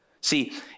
See